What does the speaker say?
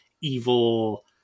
evil